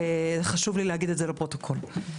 חשוב להגיד את זה לפרוטוקול.